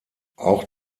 auch